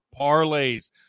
parlays